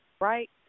right